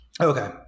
Okay